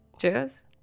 Cheers